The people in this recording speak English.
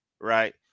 right